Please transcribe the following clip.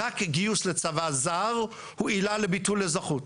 רק גיוס לצבא זר הוא עילה לביטול אזרחות.